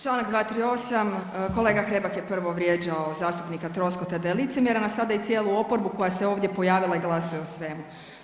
Članak 238., kolega Hrebak je prvo vrijeđao zastupnika Troskota da je licemjeran, a sada i cijelu oporbu koja se ovdje pojavila i glasuje o svemu.